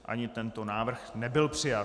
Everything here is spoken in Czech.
Ani tento návrh nebyl přijat.